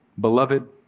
Beloved